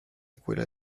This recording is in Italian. quella